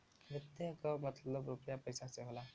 वित्त क मतलब रुपिया पइसा से होला